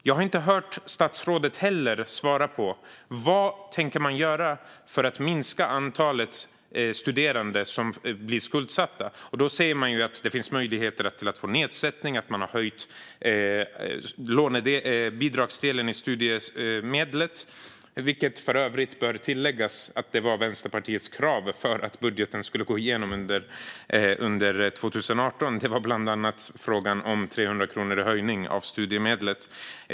Jag har inte heller hört statsrådet svara på vad man tänker göra för att minska antalet studerande som blir skuldsatta. Man säger att det finns möjligheter att få nedsättning och att man har höjt bidragsdelen i studiemedlet. Det bör för övrigt tilläggas att Vänsterpartiets krav för att budgeten skulle gå igenom 2018 bland annat var att studiemedlet skulle höjas med 300 kronor.